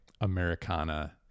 Americana